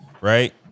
right